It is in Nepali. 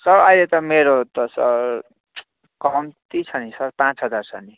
सर अहिले त मेरो सर कम्ती छ नि सर पाँच हजार छ नि